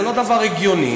זה לא דבר הגיוני.